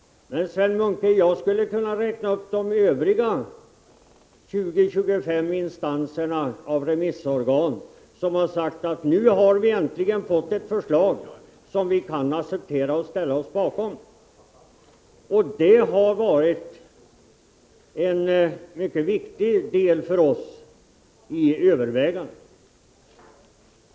Men, Sven Munke, jag skulle kunna räkna upp de övriga 20-25 remissorganen, som har sagt att de nu äntligen har fått ett förslag som de kan acceptera och ställa sig bakom. Det har varit en mycket viktig faktor för oss i våra överväganden.